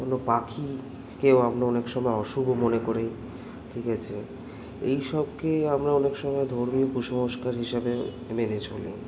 কোনো পাখিকেও আমরা অনেক সময় অশুভ মনে করি ঠিক আছে এই সবকেই আমরা অনেক সময় ধর্মীয় কুসংস্কার হিসাবে মেনে চলি